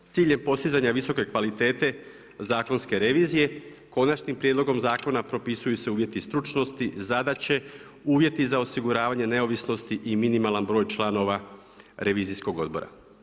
S ciljem postizanja visoke kvalitete zakonske revizije konačnim prijedlogom zakona propisuju se uvjeti stručnosti, zadaće, uvjeti za osiguravanje neovisnosti i minimalan broj članova Revizijskog odbora.